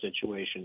situation